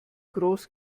groß